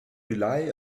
rely